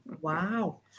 Wow